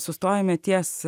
sustojome ties